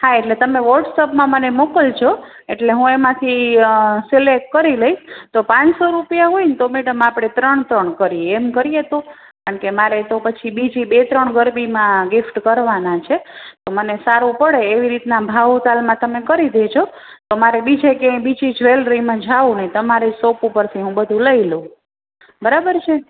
હા એટલે તમે વોટ્સએપમાં મને મોકલજો એટલે હું એમાંથી સિલેકટ કરી લઇશ તો પાંચસો રૂપિયા હોય ને તો મેડમ આપણે ત્રણ ત્રણ કરીએ એમ કરીએ તો કારણ કે મારે તો પછી બીજી બે ત્રણ ગરબીમાં ગિફ્ટ કરવાના છે તો મને સારું પડે એવી રીતના ભાવ તાલમાં તમે કરી દેજો તો માંરે બીજે ક્યાંય બીજી જ્વેલરીમાં જવું નહીં તમારી સોપ ઉપરથી હું બધું લઈ લઉં બરાબર છે